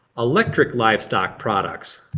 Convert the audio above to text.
electric livestock products.